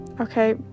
Okay